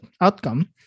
outcome